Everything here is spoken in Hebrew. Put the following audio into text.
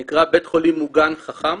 שנקרא: בית חולים מוגן חכם,